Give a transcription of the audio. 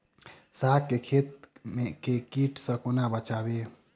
साग केँ खेत केँ कीट सऽ कोना बचाबी?